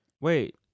Wait